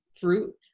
fruit